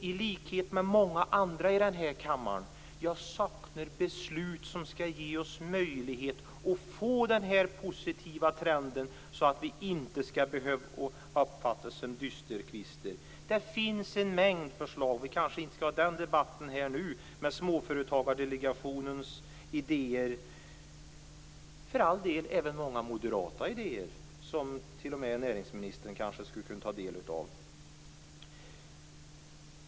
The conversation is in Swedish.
I likhet med många andra här i kammaren saknar jag beslut som skall ge oss möjligheter att få den positiva trenden så att vi inte skall behöva uppfattas som dysterkvistar. Det finns en mängd förslag, men vi skall kanske inte ha den debatten här och nu. Småföretagsdelegationen har framfört idéer, och det finns även många moderata idéer som t.o.m. näringsministern kanske skulle kunna ta del av.